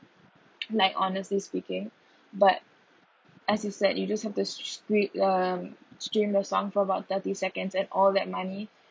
like honestly speaking but as you said you just have to stream um stream the song for about thirty seconds at all that money